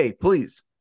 please